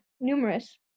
numerous